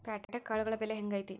ಪ್ಯಾಟ್ಯಾಗ್ ಕಾಳುಗಳ ಬೆಲೆ ಹೆಂಗ್ ಐತಿ?